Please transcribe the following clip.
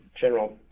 General